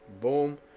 boom